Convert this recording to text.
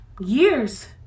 years